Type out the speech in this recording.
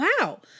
wow